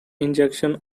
injunction